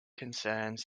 concerns